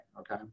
okay